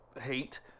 hate